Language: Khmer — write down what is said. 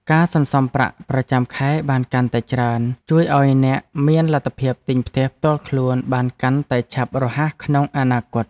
ការសន្សំប្រាក់ប្រចាំខែបានកាន់តែច្រើនជួយឱ្យអ្នកមានលទ្ធភាពទិញផ្ទះផ្ទាល់ខ្លួនបានកាន់តែឆាប់រហ័សក្នុងអនាគត។